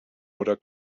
oder